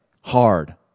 hard